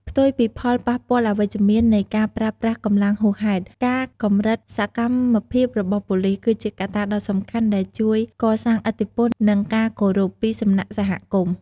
ផ្ទុយពីផលប៉ះពាល់អវិជ្ជមាននៃការប្រើប្រាស់កម្លាំងហួសហេតុ ការកម្រិតសកម្មភាពរបស់ប៉ូលីស គឺជាកត្តាដ៏សំខាន់ដែលជួយ កសាងឥទ្ធិពល និងការគោរព ពីសំណាក់សហគមន៍។